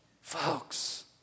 folks